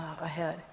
ahead